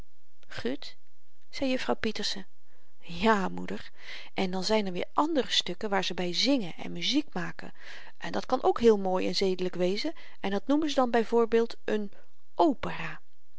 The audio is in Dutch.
gut zei jufvrouw pieterse ja moeder en dan zyn er weer andere stukken waar ze by zingen en muziek maken en dat kan ook heel mooi en zedelyk wezen en dat noemen ze dan by voorbeeld n opera